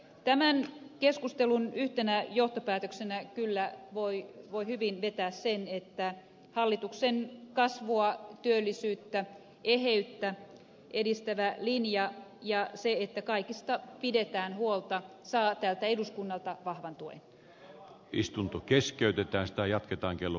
tämän keskustelun yhtenä johtopäätöksenä kyllä voi hyvin vetää sen että hallituksen kasvua työllisyyttä eheyttä edistävä linja ja se että kaikista pidetään huolta saa tältä eduskunnalta vahvan tuen istunto keskeytyi tästä jatketaan kello